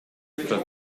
for